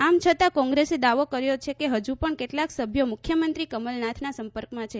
આમ છતાં કોંગ્રેસે દાવો કર્યો છે કે હજુ પણ કેટલાંક સભ્યો મુખ્યમંત્રી કમલનાથના સંપર્કમાં છે